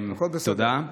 הכול בסדר.